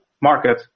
market